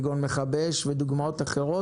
כגון מכבי אש ואחרים,